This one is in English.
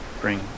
bring